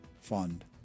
fund